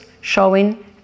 showing